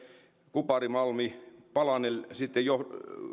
kuparimalmipalanen